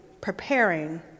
preparing